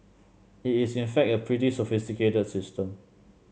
it is in fact a pretty sophisticated system